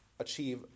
achieve